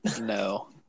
No